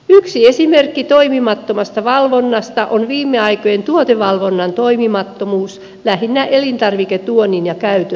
yksi esimerkki toimimattomasta valvonnasta on viime aikojen tuotevalvonnan toimimattomuus lähinnä elintarviketuonnin ja käytön osalta